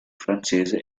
francese